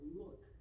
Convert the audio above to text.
look